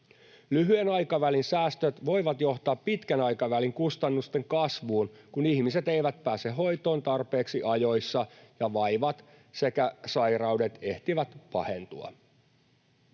Lyhyen aikavälin säästöt voivat johtaa pitkän aikavälin kustannusten kasvuun, kun ihmiset eivät pääse hoitoon tarpeeksi ajoissa ja vaivat sekä sairaudet ehtivät pahentua.